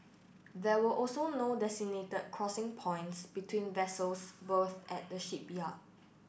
there were also no designated crossing points between vessels berthed at the shipyard